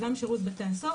וגם שירות בתי הסוהר,